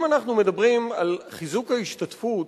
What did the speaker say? אם אנחנו מדברים על חיזוק ההשתתפות